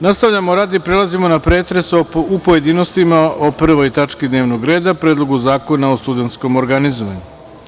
Nastavljamo rad i prelazimo na pretres u pojedinostima o 1. tački dnevnog reda – Predlogu zakona o studentskom organizovanju.